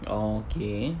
orh okay